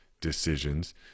decisions